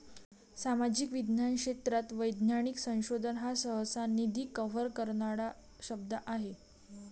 सामाजिक विज्ञान क्षेत्रात वैज्ञानिक संशोधन हा सहसा, निधी कव्हर करणारा शब्द आहे